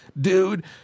dude